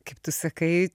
kaip tu sakai